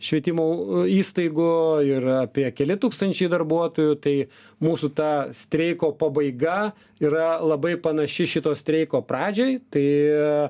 švietimų įstaigų ir apie keli tūkstančiai darbuotojų tai mūsų ta streiko pabaiga yra labai panaši šito streiko pradžiai tai